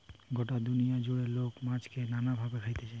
গটা দুনিয়া জুড়ে লোক মাছকে নানা ভাবে খাইছে